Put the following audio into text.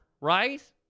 right